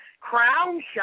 crown